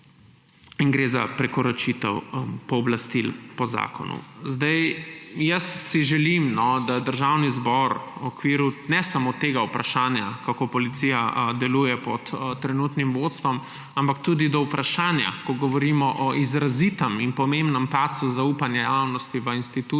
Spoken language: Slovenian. in gre za prekoračitev pooblastil po zakonu. Želim si, da Državni zbor ne samo v okviru vprašanja, kako policija deluje pod trenutnim vodstvom, ampak tudi vprašanja, ko govorimo o izrazitem in pomembnem padcu zaupanja javnosti v institucijo,